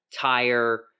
tire